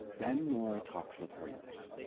then, nora talks with her nurse.